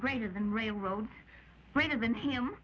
greater than railroads greater than him